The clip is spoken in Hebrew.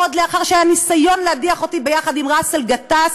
עוד לאחר שהיה ניסיון להדיח אותי יחד עם באסל גטאס,